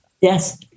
Yes